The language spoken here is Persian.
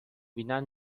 بینن